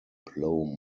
plough